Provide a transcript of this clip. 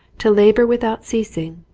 to labour without ceasing,